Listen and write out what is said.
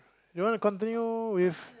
you want to continue with